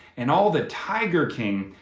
and all the tiger king,